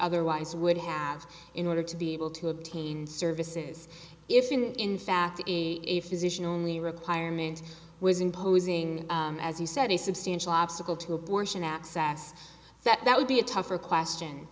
otherwise would have in order to be able to obtain services if in fact a physician only requirement was imposing as you said a substantial obstacle to abortion access that would be a tougher question